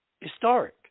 historic